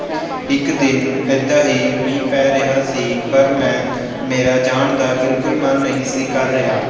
ਇੱਕ ਦਿਨ ਇੱਦਾਂ ਹੀ ਮੀਂਹ ਪੈ ਰਿਹਾ ਸੀ ਪਰ ਮੈਂ ਮੇਰਾ ਜਾਣ ਦਾ ਬਿਲਕੁਲ ਮਨ ਨਹੀਂ ਸੀ ਕਰ ਰਿਹਾ